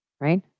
right